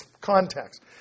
context